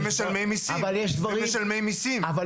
ומשלמים מיסים, ומשלמים מיסים.